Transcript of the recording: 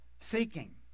seeking